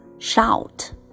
Shout